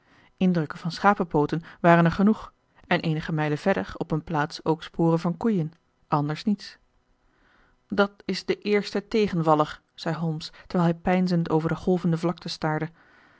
indrukken van schapenpooten waren er genoeg en eenige mijlen verder op een plaats ook sporen van koeien anders niets dat is de eerste tegenvaller zei holmes terwijl hij peinzend over de golvende vlakte staarde